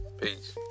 peace